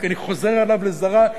כי אני חוזר עליו עד לזרא,